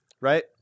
right